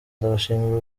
ndabashimira